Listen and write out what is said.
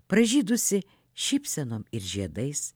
pražydusi šypsenom ir žiedais